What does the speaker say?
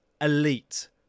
elite